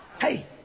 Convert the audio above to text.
Hey